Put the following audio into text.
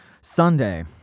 Sunday